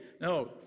No